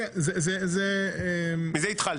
בזה התחלתי.